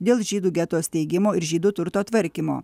dėl žydų geto steigimo ir žydų turto tvarkymo